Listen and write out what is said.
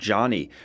Johnny